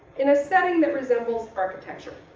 in a setting that resembles architecture.